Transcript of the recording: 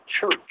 church